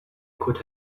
could